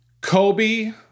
Kobe